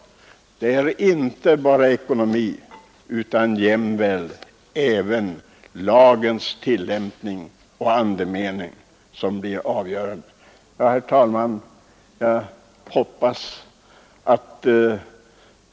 Avgörande för det är inte bara ekonomin utan också lagens tillämpning och andemening. Herr talman!